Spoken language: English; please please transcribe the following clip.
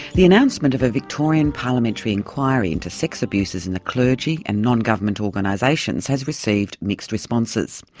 the announcement of a victorian parliamentary inquiry into sex abuses in the clergy and non-government organisations has received mixed responses.